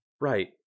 Right